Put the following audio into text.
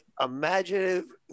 imaginative